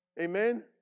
amen